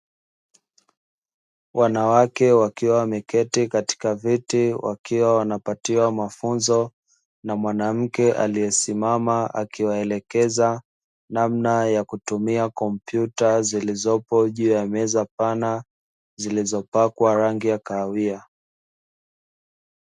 Wanawake wakiwa wameketi katika viti wakiwa wanapatiwa mafunzo na mwanamke aliyesimama akiwaelekeza namna yakutumia kompyuta juu ya meza pana zilizopakwa rangi ya kahawia.